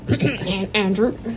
Andrew